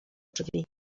drzwi